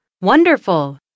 Wonderful